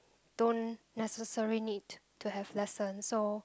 don't necessary need to have lessons so